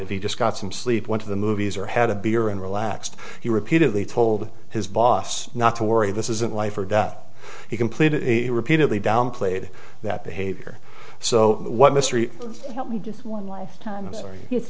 if he just got some sleep went to the movies or had a beer and relaxed he repeatedly told his boss not to worry this isn't life or death he completed repeatedly downplayed that behavior so what mystery help me just one life time